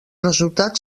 resultats